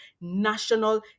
national